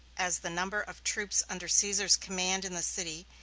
as the number of troops under caesar's command in the city,